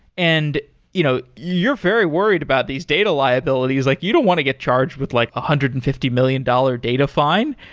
and you know you're very worried about these data liabilities. like you don't want to get charged with like one ah hundred and fifty million dollars data fine.